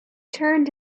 turned